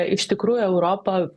iš tikrųjų europa